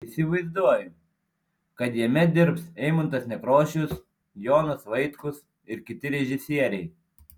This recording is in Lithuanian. įsivaizduoju kad jame dirbs eimuntas nekrošius jonas vaitkus ir kiti režisieriai